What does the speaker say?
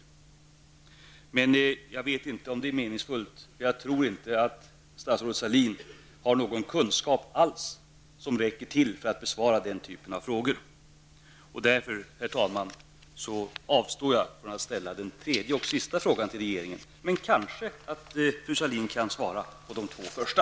Jag tror emellertid inte att statsrådet Sahlin har någon kunskap alls som räcker till för att besvara den typen av frågor. Därför, herr talman, avstår jag från att ställa min tredje och sista fråga till regeringen. Men kanske kan fru Sahlin svara på de två första.